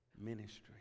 ministry